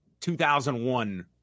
2001